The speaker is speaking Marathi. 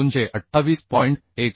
16 पेक्षा किंचित जास्त होत आहे